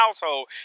household